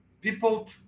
people